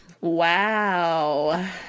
Wow